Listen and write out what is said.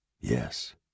Yes